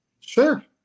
Sure